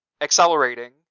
accelerating